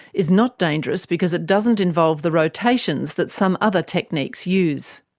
is not dangerous because it doesn't involve the rotations that some other techniques use.